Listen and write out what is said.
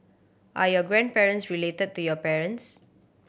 are your grandparents related to your parents